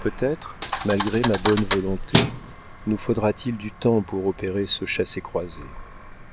peut-être malgré ma bonne volonté nous faudra-t-il du temps pour opérer ce chassez-croisez